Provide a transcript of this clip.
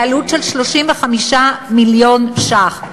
בעלות של 35 מיליון שקל.